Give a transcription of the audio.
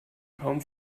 kaum